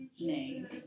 name